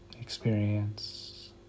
experience